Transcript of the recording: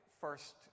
first